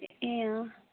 ए